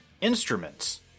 instruments